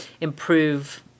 improve